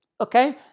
Okay